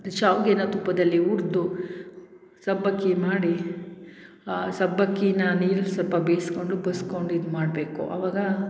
ಶಾವಿಗೆನ ತುಪ್ಪದಲ್ಲಿ ಹುರ್ದು ಸಬ್ಬಕ್ಕಿ ಮಾಡಿ ಆ ಸಬ್ಬಕ್ಕಿನ ನೀರಲ್ಲಿ ಸ್ವಲ್ಪ ಬೇಯಿಸ್ಕೊಂಡು ಬಸ್ಕೊಂಡು ಇದು ಮಾಡಬೇಕು ಆವಾಗ